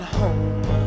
home